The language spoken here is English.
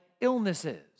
illnesses